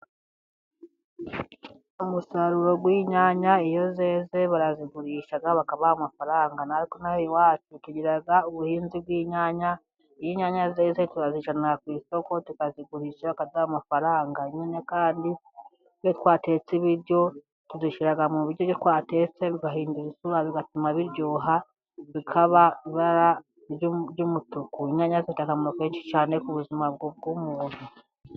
Umusaruro w'inyanya iyo zeze barazigurisha bakabaha amafaranga natwe ino aha iwacu, tugira ubuhinzi bw'inyanya, inyanya turazijyana ku isoko tukazigurisha bakaduha amafaranga, kandi iyo twatetse ibyo dushyira mu biryo twatetse bigahindura isura, bigatuma biryoha bikaba ibara ry'umutuku. Inyanya zifite akamaro kenshi cyane ku buzima bw'umuntu.